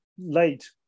late